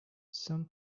some